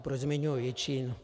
Proč zmiňuji Jičín?